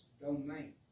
domain